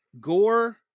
gore